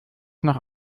noch